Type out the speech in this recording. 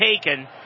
taken